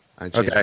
Okay